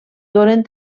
donen